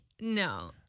No